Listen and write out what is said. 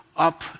up